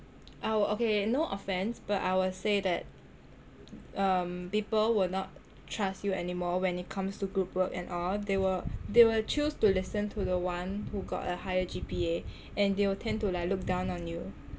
I will okay no offence but I will say that um people will not trust you anymore when it comes to group work and all they will they will choose to listen to the one who got a higher G_P_A and they will tend to like look down on you